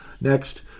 Next